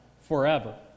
forever